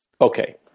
Okay